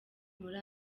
muri